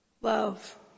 Love